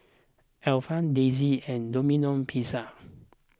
Alpen Disney and Domino Pizza